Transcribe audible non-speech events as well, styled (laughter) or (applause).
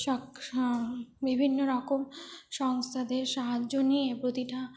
(unintelligible) বিভিন্ন রকম সংস্থাদের সাহায্য নিয়ে প্রতিটা